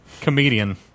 comedian